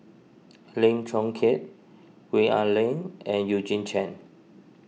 Lim Chong Keat Gwee Ah Leng and Eugene Chen